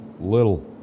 Little